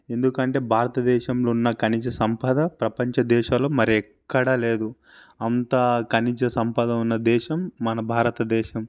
ఎందుకంటే భారతదేశంలో ఉన్న ఖనిజ సంపద ప్రపంచ దేశాల్లో మరెక్కడా లేదు అంత ఖనిజ సంపద ఉన్న దేశం మన భారతదేశం